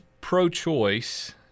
pro-choice